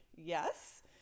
Yes